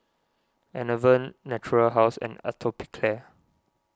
Enervon Natura House and Atopiclair